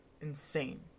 insane